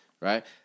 Right